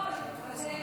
תקציב